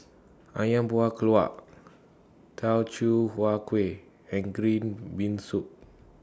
Ayam Buah Keluak Teochew Huat Kuih and Green Bean Soup